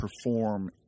perform